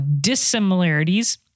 dissimilarities